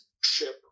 ship